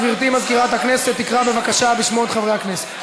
גברתי מזכירת הכנסת תקרא בבקשה בשמות חברי הכנסת.